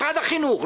משרד החינוך,